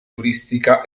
turistica